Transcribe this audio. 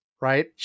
right